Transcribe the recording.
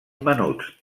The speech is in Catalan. menuts